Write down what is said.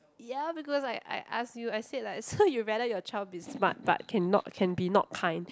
ya because I I asked you I said like so you rather your child be smart but cannot can be not kind